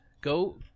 go